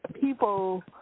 people